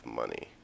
money